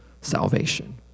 salvation